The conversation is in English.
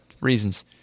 reasons